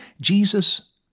jesus